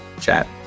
chat